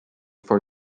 for